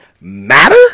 matter